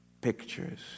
pictures